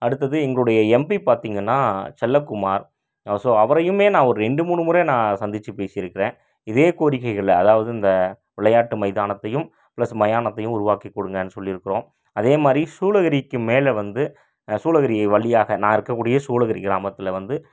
அடுத்தது எங்களுடைய எம்பி பார்த்திங்கன்னா செல்லக்குமார் ஸோ அவரையும் நான் ஒரு ரெண்டு மூணு முறை நான் சந்திச்சு பேசியிருக்கறேன் இதே கோரிக்கைகளை அதாவது இந்த விளையாட்டு மைதானத்தையும் ப்ளஸ் மயானத்தையும் உருவாக்கி கொடுங்கன்னு சொல்லியிருக்குறோம் அதேமாதிரி சூளகிரிக்கு மேல் வந்து சூளகிரி வழியாக நான் இருக்கக்கூடிய சூளகிரி கிராமத்தில் வந்து